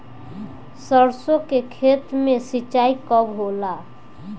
सरसों के खेत मे सिंचाई कब होला?